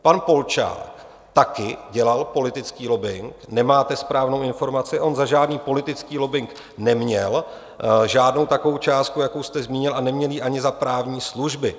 Pan Polčák taky dělal politický lobbing, nemáte správnou informaci, on za žádný politický lobbing neměl žádnou takovou částku, jakou jste zmínil, a neměl ji ani za právní služby.